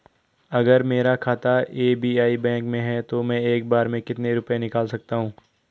अगर मेरा खाता एस.बी.आई बैंक में है तो मैं एक बार में कितने रुपए निकाल सकता हूँ?